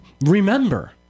remember